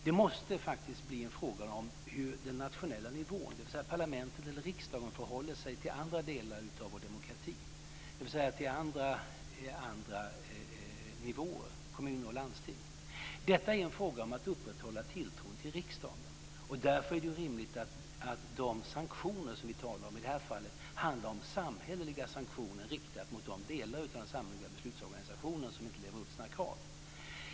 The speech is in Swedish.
Det måste faktiskt bli en fråga om hur den nationella nivån, dvs. parlamentet eller riksdagen, förhåller sig till andra delar av vår demokrati, dvs. till andra nivåer, kommuner och landsting. Detta är en fråga om att upprätthålla tilltron till riksdagen. Därför är det rimligt att de sanktioner som vi talar om i det här fallet handlar om samhälleliga sanktioner som är riktade mot de delar av den samhälleliga beslutsorganisationen som inte lever upp till sina krav.